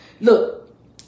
look